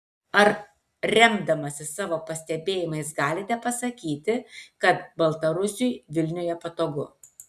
ar remdamasis savo pastebėjimais galite pasakyti kad baltarusiui vilniuje patogu